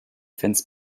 fence